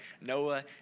Noah